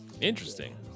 Interesting